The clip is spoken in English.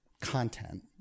content